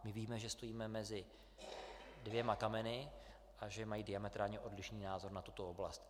My víme, že stojíme mezi dvěma kameny a že mají diametrálně odlišný názor na tuto oblast.